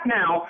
now